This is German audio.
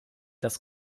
dass